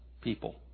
people